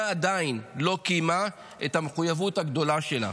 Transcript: עדיין לא קיימה את המחויבות הגדולה שלה